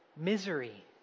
misery